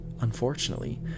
Unfortunately